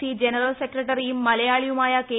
C general സെക്രട്ടറിയും മലയാളിയുമായ K